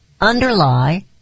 underlie